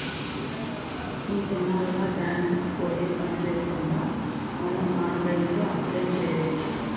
ఈ దినంల్ల బ్యాంక్ కి పోయే పనిలేకుండా మనం ఆన్లైన్లో అప్లై చేయచ్చు